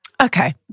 Okay